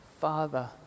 Father